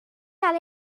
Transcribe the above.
cael